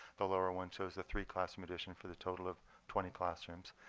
the lower one shows the three classroom additions for the total of twenty classrooms.